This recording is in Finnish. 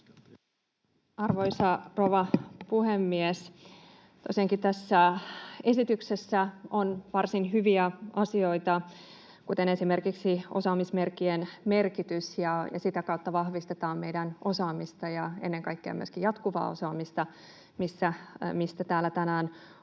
Arvoisa rouva puhemies! Tosiaankin tässä esityksessä on varsin hyviä asioita, kuten esimerkiksi osaamismerkkien merkitys. Sitä kautta vahvistetaan meidän osaamista ja ennen kaikkea myöskin jatkuvaa osaamista, mistä täällä tänään